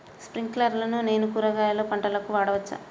స్ప్రింక్లర్లను నేను కూరగాయల పంటలకు వాడవచ్చా?